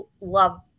love